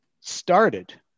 started